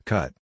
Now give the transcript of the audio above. Cut